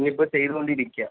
ഇനിയിപ്പോൾ ചെയ്തുകൊണ്ടിരിക്കാം